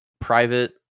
Private